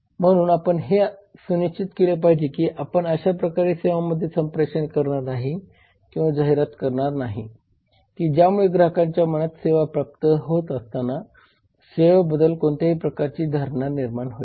म्हणून आपण हे सुनिश्चित केले पाहिजे की आपण अशा प्रकारे सेवांमध्ये संप्रेषण करणार नाही किंवा जाहिरात करणार नाही की ज्यामुळे ग्राहकांच्या मनात सेवा प्राप्त होत असताना सेवेबद्दल कोणत्याही प्रकारची धारणा निर्माण होईल